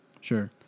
Sure